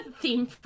Theme